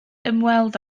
ymweld